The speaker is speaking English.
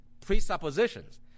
presuppositions